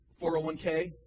401k